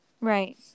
Right